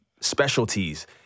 specialties